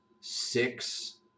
six